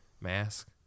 mask